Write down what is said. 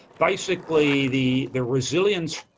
basically the the resilience,